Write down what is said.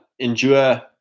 endure